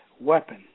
weapon